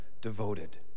devoted